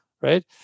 right